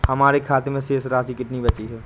हमारे खाते में शेष राशि कितनी बची है?